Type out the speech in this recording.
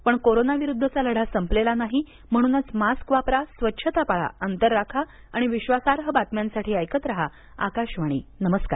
पण कोरोनाविरुद्धचा लढा संपलेला नाही म्हणूनच मास्क वापरा स्वच्छता पाळा अंतर राखा आणि विश्वासार्ह बातम्यांसाठी ऐकत राहा आकाशवाणी नमस्कार